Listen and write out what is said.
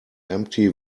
empty